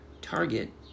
Target